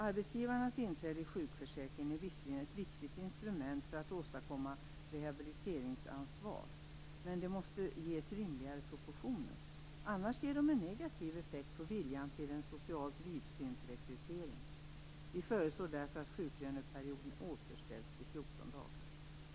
Arbetsgivarnas inträde i sjukförsäkringen är visserligen ett viktigt instrument för att åstadkomma rehabiliteringsansvar. Men det måste ges rimligare proportioner. Annars ger det en negativ effekt på viljan till en socialt vidsynt rekrytering. Vi föreslår därför att sjuklöneperioden återställs till 14 dagar.